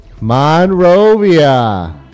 Monrovia